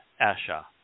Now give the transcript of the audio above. Asha